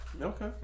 okay